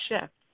shift